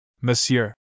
Monsieur